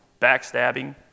backstabbing